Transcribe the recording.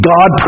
God